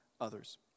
others